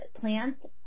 plants